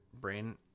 brain